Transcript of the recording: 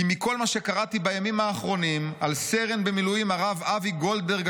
כי מכל מה שקראתי בימים האחרונים על סרן במיל' הרב אבי גולדברג,